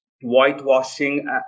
whitewashing